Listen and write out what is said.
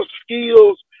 skills